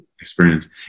experience